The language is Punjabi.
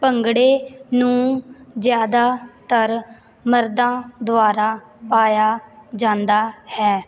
ਭੰਗੜੇ ਨੂੰ ਜ਼ਿਆਦਾਤਰ ਮਰਦਾਂ ਦੁਆਰਾ ਪਾਇਆ ਜਾਂਦਾ ਹੈ